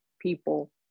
people